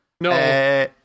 No